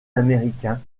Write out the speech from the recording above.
américain